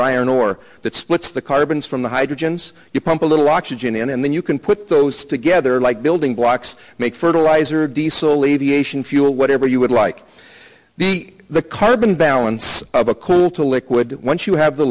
iron ore that splits the carbons from the hydrogens you pump a little oxygen in and then you can put those together like building blocks make fertilizer diesel aviation fuel whatever you would like the the carbon balance of a close to liquid once you have the